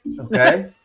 Okay